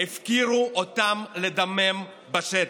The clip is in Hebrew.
הפקירו אותם לדמם בשטח.